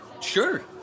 Sure